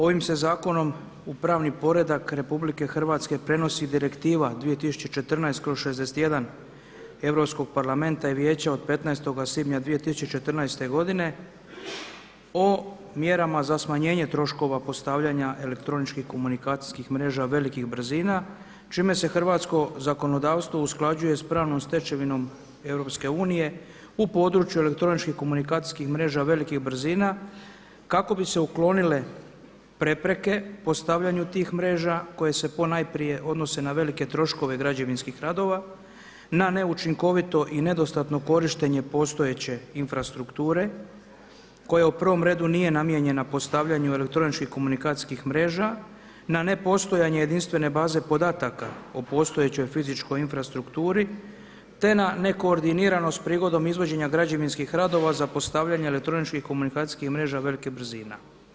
Ovim se zakonom u pravni poredak RH prenosi direktiva 2014/61 Europskog parlamenta i Vijeća od 15. svibnja 2014. godine o mjerama za smanjenje troškova postavljanja elektroničkih komunikacijskih mreža velikih brzina čim se hrvatsko zakonodavstvo usklađuje s pravnom stečevinom EU u području elektroničkih komunikacijskih mreža velikih brzina kako bi se uklonile prepreke postavljanju tih mreža koje se ponajprije odnose na velike troškove građevinskih radova na neučinkoviti i nedostatno korištenje postojeće infrastrukture koja u prvom redu nije namijenjena postavljanju elektroničkih komunikacijskih mreža na nepostojanje jedinstvene baze podataka o postojećoj fizičkoj infrastrukturi, te na nekoordiniranost prigodom izvođenja građevinskih radova za postavljanje elektroničkih komunikacijskih mreža velikih brzina.